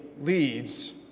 leads